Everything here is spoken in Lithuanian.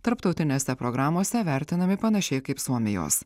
tarptautinėse programose vertinami panašiai kaip suomijos